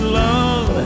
love